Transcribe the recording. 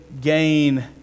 gain